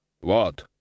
What